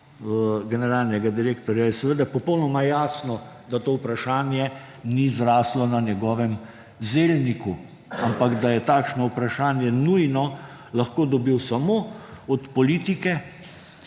generalnega direktorja je seveda popolnoma jasno, da to vprašanje ni zraslo na njegovem zelniku, ampak, da je takšno vprašanje nujno lahko dobil samo od politike,